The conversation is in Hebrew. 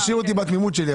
תשאיר אותי בתמימות שלי,